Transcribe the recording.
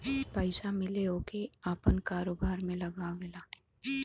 पइसा मिले ओके आपन कारोबार में लगावेला